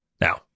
Now